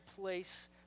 place